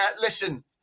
Listen